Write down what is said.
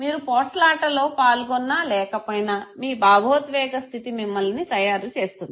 మీరు పోట్లాటలో పాల్గొన్నా లేకపోయినా మీ భావోద్వేగ స్థితి మిమ్మలిని తయారు చేస్తుంది